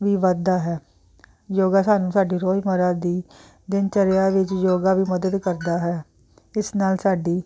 ਵੀ ਵੱਧਦਾ ਹੈ ਯੋਗਾ ਸਾਨੂੰ ਸਾਡੀ ਰੋਜ਼ ਮਰਾ ਦੀ ਦਿਨ ਚਰਿਆ ਵਿੱਚ ਯੋਗਾ ਵੀ ਮਦਦ ਕਰਦਾ ਹੈ ਇਸ ਨਾਲ ਸਾਡੀ